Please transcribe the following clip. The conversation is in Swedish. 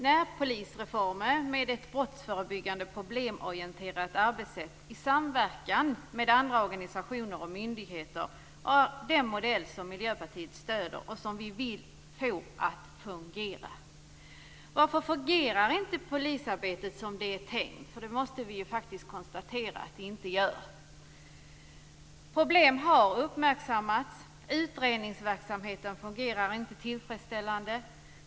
Närpolisreformen, med ett brottsförebyggande problemorienterat arbetssätt i samverkan med andra organisationer och myndigheter, är den modell som Miljöpartiet stöder och som vi vill få att fungera. Det måste vi faktiskt konstatera att det inte gör. Problem har uppmärksammats. Utredningsverksamheten fungerar inte tillfredsställande.